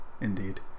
Indeed